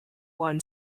won